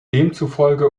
demzufolge